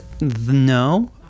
No